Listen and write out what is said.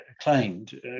claimed